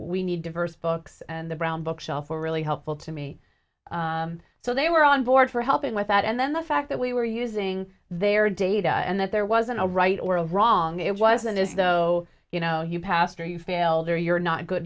we need diverse books and the brown book shelf were really helpful to me so they were on board for helping with that and then the fact that we were using their data and that there wasn't a right or wrong it wasn't as though you know you passed or you failed or you're not good